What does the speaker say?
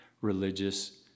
religious